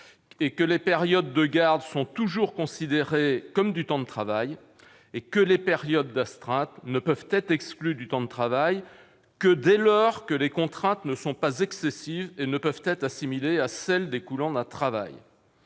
; que les périodes de garde sont toujours considérées comme du temps de travail ; que les périodes d'astreinte ne peuvent être exclues du temps de travail que dès lors que les contraintes ne sont pas excessives et ne peuvent être assimilées à celles qui découlent d'un travail.